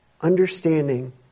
Understanding